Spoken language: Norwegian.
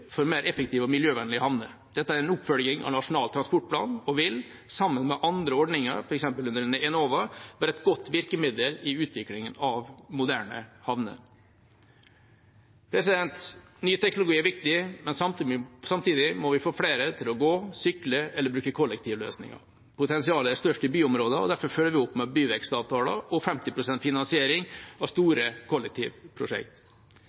for mer effektive og miljøvennlige havner. Dette er en oppfølging av Nasjonal transportplan og vil – sammen med andre ordninger, f.eks. under Enova – være et godt virkemiddel i utviklingen av moderne havner. Ny teknologi er viktig, men samtidig må vi få flere til å gå, sykle eller bruke kollektive løsninger. Potensialet er størst i byområdene, og derfor følger vi opp med byvekstavtaler og 50 pst. finansiering av